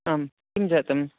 आं किं जातं